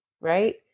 Right